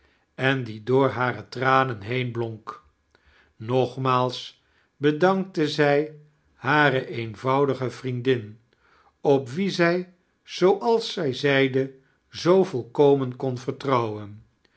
en die door hare tranen heen blonk nogmaals bedankte zij hare eenvoudigs vriendin op wie zij zooals zij zeide zoo volkomen kon vertrouwen